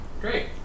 Great